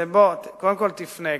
קודם כול תפנה,